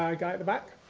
ah guy at the back?